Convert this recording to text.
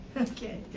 Okay